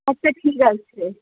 আচ্ছা ঠিক আছে